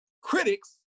critics